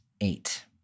eight